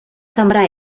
sembrar